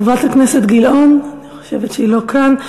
חברת הכנסת גילאון, אני חושבת שהיא לא כאן.